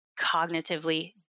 cognitively